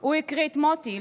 הוא הקריא את זה.